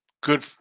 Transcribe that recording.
good